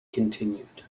continued